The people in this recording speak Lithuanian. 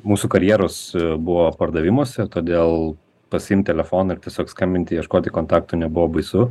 mūsų karjeros buvo pardavimuose todėl pasiimt telefoną ir tiesiog skambinti ieškoti kontaktų nebuvo baisu